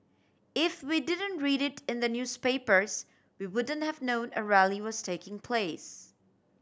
if we didn't read it in the newspapers we wouldn't have known a rally was taking place